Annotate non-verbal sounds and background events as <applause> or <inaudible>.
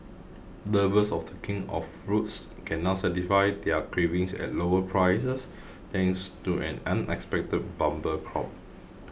lovers of the king of fruits can now satisfy their cravings at lower prices <noise> thanks to an unexpected bumper crop